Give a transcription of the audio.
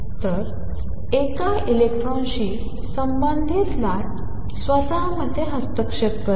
तर एका इलेक्ट्रॉनशी संबंधित लाट स्वतःमध्ये हस्तक्षेप करते